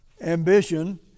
ambition